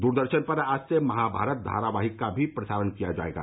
दूरदर्शन पर आज से महाभारत धारावाहिक भी प्रसारित किया जाएगा